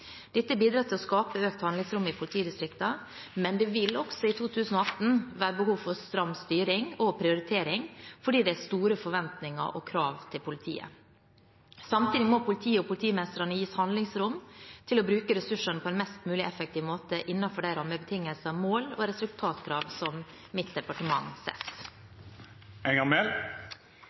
Dette bidrar til å skape økt handlingsrom i politidistriktene, men det vil også i 2018 være behov for stram styring og prioritering, for det er store forventninger og krav til politiet. Samtidig må politiet og politimesterne gis handlingsrom til å bruke ressursene på en mest mulig effektiv måte, innenfor de rammebetingelser, mål og resultatkrav som mitt departement